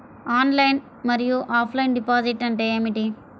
Online మరియు offline deposit అంటే ఏమిటి?